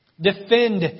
Defend